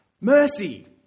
mercy